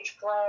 play